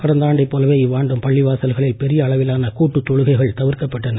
கடந்த ஆண்டைப் போலவே இவ்வாண்டும் பள்ளி வாசல்களில் பெரிய அளவிலான கூட்டுத் தொழுகைகள் தவிர்க்கப்பட்டன